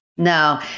No